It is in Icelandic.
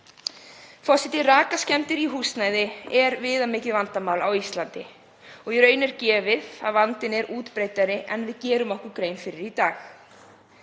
Forseti. Rakaskemmdir í húsnæði eru viðamikið vandamál á Íslandi og í raun er gefið að vandinn sé útbreiddari en við gerum okkur grein fyrir í dag.